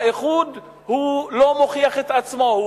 האיחוד לא מוכיח את עצמו,